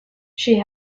she